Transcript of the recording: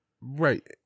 Right